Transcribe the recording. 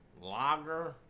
lager